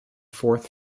fourth